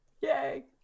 Yay